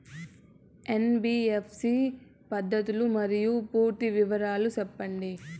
NBFC పద్ధతులు మరియు పూర్తి వివరాలు సెప్పండి?